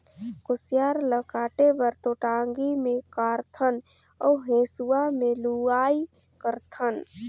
कुसियार ल काटे बर तो टांगी मे कारथन अउ हेंसुवा में लुआई करथन